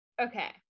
Okay